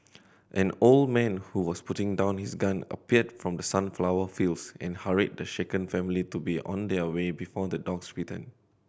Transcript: an old man who was putting down his gun appeared from the sunflower fields and hurried the shaken family to be on their way before the dogs return